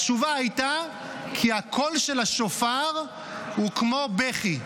התשובה הייתה: כי הקול של השופר הוא כמו בכי.